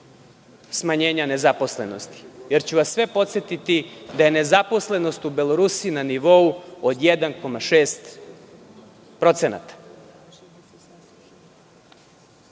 smanjenja nezaposlenosti, jer ću vas podsetiti da je nezaposlenost u Belorusiji na nivou od 1,6%.Veoma